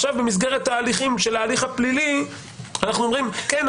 עכשיו במסגרת ההליכים של ההליך הפלילי אנחנו אומרים: כן,